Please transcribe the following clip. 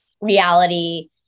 reality